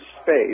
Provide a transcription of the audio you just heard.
space